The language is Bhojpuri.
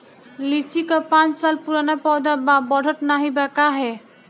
लीची क पांच साल पुराना पौधा बा बढ़त नाहीं बा काहे?